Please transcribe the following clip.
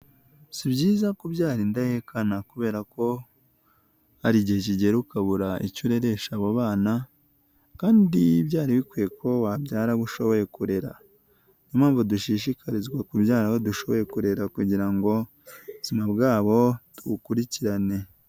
Si byiza kubyara indahekana kubera ko hari igihe kigera ukabura icyo ureresha abo bana kandi byari bikwiye ko wabyara abo ushoboye kurera. Niyo mpamvu dushishikarizwa kubyara abo dushoboye kurera kugira ngo ubuzima bwabo tubukurikirane.